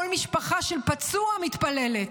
כל משפחה של פצוע מתפללת,